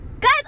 guys